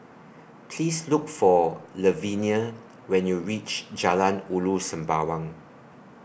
Please Look For Lavenia when YOU REACH Jalan Ulu Sembawang